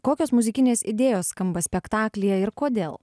kokios muzikinės idėjos skamba spektaklyje ir kodėl